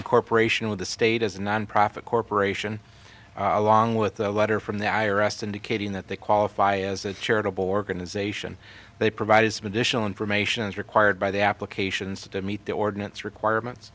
incorporation of the state as a nonprofit corporation along with a letter from the i r s indicating that they qualify as a charitable organization they provided some additional information as required by the applications to meet the ordinance requirements